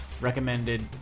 recommended